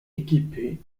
équipée